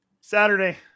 Saturday